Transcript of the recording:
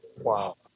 Wow